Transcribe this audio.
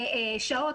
שעות,